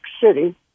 city